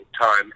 time